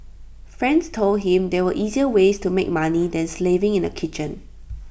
friends told him there were easier ways to make money than slaving in A kitchen